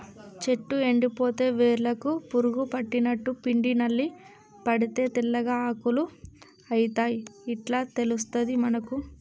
చెట్టు ఎండిపోతే వేర్లకు పురుగు పట్టినట్టు, పిండి నల్లి పడితే తెల్లగా ఆకులు అయితయ్ ఇట్లా తెలుస్తది మనకు